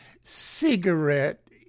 cigarette